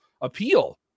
appeal